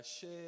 share